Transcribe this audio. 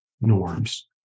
norms